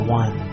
one